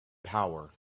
power